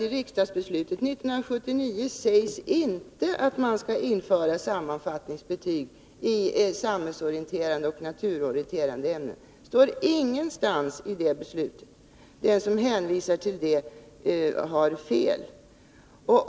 I riksdagsbeslutet 1979 sägs inte att man skall införa sammanfattningsbetyg i samhällsorienterande och naturorienterande ämnen. Det står inte att läsa någonstans i det beslutet. Den som hänvisar till något sådant har fel.